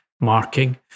marking